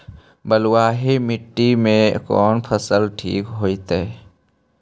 बलुआही मिट्टी में कौन फसल ठिक होतइ?